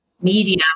Media